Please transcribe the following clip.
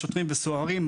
שוטרים וסוהרים,